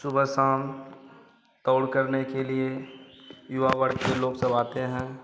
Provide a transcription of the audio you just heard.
सुबह शाम दौड़ करने के लिए युवा वर्ग के लोग सब आते हैं